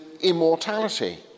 immortality